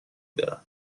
دارن